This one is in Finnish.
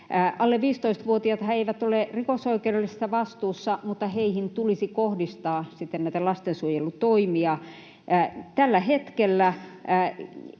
Alle 15-vuotiaathan eivät ole rikosoikeudellisessa vastuussa, mutta heihin tulisi kohdistaa sitten näitä lastensuojelutoimia. Tällä hetkellä